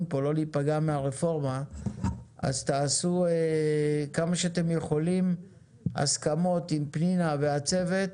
פה לא להיפגע ברפורמה אז תעשו כמה שאתם יכולים הסכמות עם פנינה והצוות,